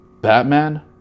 Batman